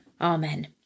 Amen